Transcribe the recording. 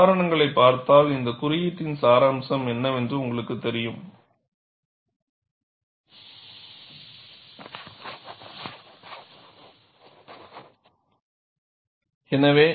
அந்த உதாரணங்களைக் பார்த்தால் இந்த குறியீட்டின் சாராம்சம் என்னவென்று உங்களுக்குத் நன்றாக தெரியும்